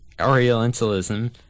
Orientalism